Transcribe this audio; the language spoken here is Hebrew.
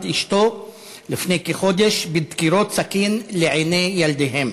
אשתו לפני כחודש בדקירות סכין לעיני ילדיהם.